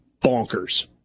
bonkers